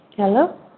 Hello